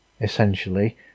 essentially